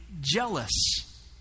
jealous